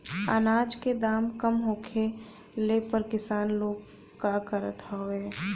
अनाज क दाम कम होखले पर किसान लोग का करत हवे?